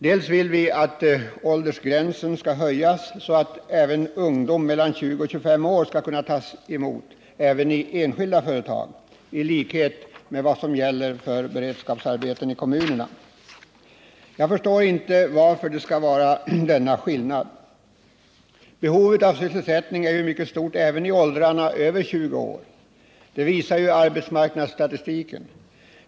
Dels vill vi att åldersgränsen skall höjas, så att även ungdomar mellan 20 och 25 år skall kunna tas emot också i enskilda företag i likhet med vad som gäller för beredskapsarbeten i kommunerna. Jag förstår inte varför det skall vara denna skillnad. Behovet av sysselsättning är ju mycket stort även i åldrarna över 20 år. Det visar arbetsmarknadsstatistiken.